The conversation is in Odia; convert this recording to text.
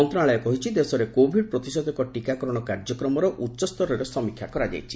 ମନ୍ତ୍ରଣାଳୟ କହିଛି ଦେଶରେ କୋଭିଡ୍ ପ୍ରତିଷେଧକ ଟିକାକରଣ କାର୍ଯ୍ୟକ୍ରମର ଉଚ୍ଚସ୍ତରରେ ସମୀକ୍ଷା କରାଯାଇଛି